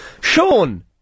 Sean